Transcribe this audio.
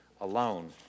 alone